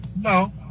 No